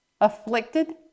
afflicted